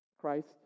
Christ